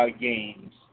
games